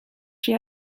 she